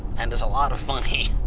and it's a lot of money.